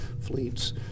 fleets